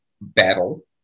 battle